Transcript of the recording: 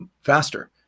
faster